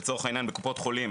לצורך העניין בקופות חולים,